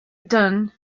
dun